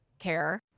care